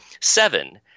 seven